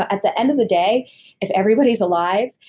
at the end of the day if everybody's alive,